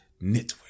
Network